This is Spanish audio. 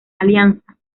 alianza